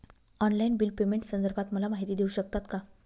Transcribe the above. Online bill पेमेंटसंदर्भात मला माहिती देऊ शकतात का?